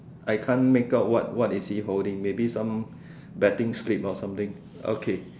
I can't make up what what is he holding maybe some betting stick or something okay